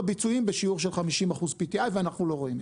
ביצועים בשיעור של 50% PTI ואנחנו לא רואים.